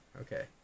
Okay